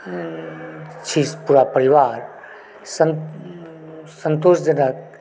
छी पूरा परिवार संतोषजनक